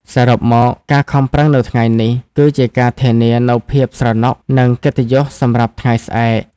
សរុបមក ការខំប្រឹងនៅថ្ងៃនេះ គឺជាការធានានូវភាពសុខស្រណុក និងកិត្តិយសសម្រាប់ថ្ងៃស្អែក។